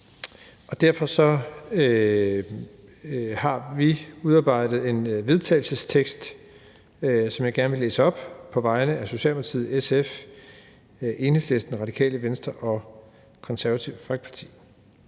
Derfor har vi udarbejdet en vedtagelsestekst, som jeg gerne vil læse op på vegne af Socialdemokratiet, SF, Enhedslisten, Radikale Venstre og Det Konservative Folkeparti.